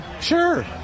Sure